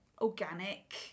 organic